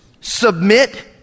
Submit